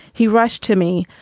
he rushed to me.